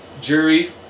jury